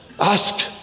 Ask